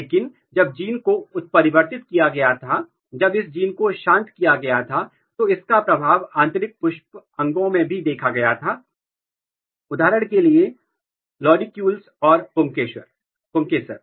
लेकिन जब जीन को उत्परिवर्तित किया गया था जब इस जीन को शांत किया गया था तो इसका प्रभाव आंतरिक पुष्प अंगों में भी देखा गया था उदाहरण के लिए लॉरिक्यूलस और पुंकेसर